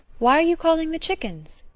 why are you calling the chickens?